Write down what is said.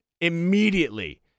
immediately